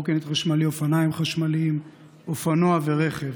קורקינט חשמלי, אופניים חשמליים, אופנוע ורכב.